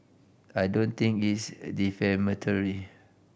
I don't think it's defamatory